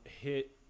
hit